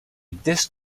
disk